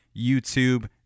YouTube